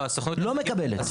אין לו קרן הון סיכון למכולת.